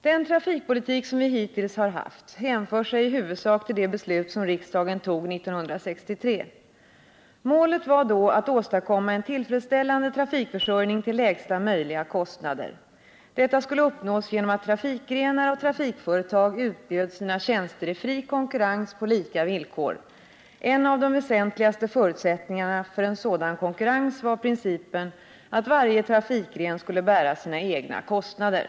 Den trafikpolitik som vi hittills har haft hänför sig i huvudsak till det beslut som riksdagen fattade 1963. Målet var då att åstadkomma en tillfredsställande trafikförsörjning till lägsta möjliga kostnader. Detta skulle uppnås genom att trafikgrenar och trafikföretag utbjöd sina tjänster i fri konkurrens på lika villkor. En av de väsentligaste förutsättningarna för en sådan konkurrens var principen att varje trafikgren skulle bära sina egna kostnader.